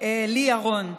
לי ירון.